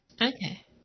Okay